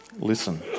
Listen